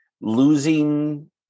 losing